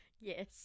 Yes